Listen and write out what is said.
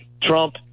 Trump